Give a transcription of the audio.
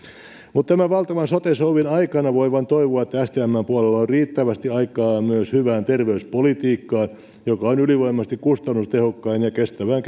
mutta tämän valtavan sote souvin aikana voi vain toivoa että stmn puolella on riittävästi aikaa myös hyvään terveyspolitiikkaan joka on ylivoimaisesti kustannustehokkain ja kestävän